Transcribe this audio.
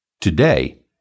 Today